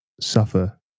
suffer